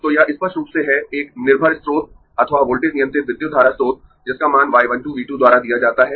तो यह स्पष्ट रूप से है एक निर्भर स्रोत अथवा वोल्टेज नियंत्रित विद्युत धारा स्रोत जिसका मान y 1 2 V 2 द्वारा दिया जाता है